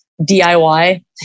DIY